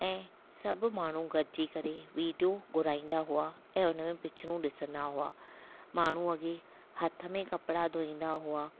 ऐं सभु माण्हू गॾिजी करे वीडियो घुराईंदा हुआ ऐं हुन में पिचरूं ॾिसंदा हुआ माण्हू अॻे हथ में कपिड़ा धोईंदा हुआ